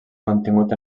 mantingut